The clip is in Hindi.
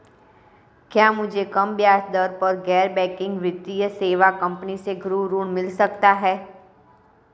क्या मुझे कम ब्याज दर पर गैर बैंकिंग वित्तीय सेवा कंपनी से गृह ऋण मिल सकता है?